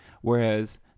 Whereas